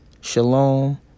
Shalom